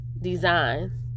design